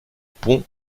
pont